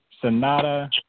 Sonata